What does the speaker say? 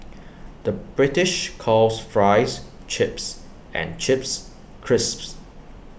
the British calls Fries Chips and Chips Crisps